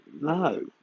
no